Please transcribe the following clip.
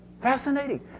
Fascinating